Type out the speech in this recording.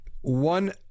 one